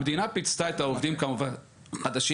המדינה פיצתה את העובדים כמובן החדשים